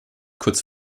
kurz